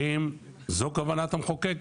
האם זו כוונת המחוקק?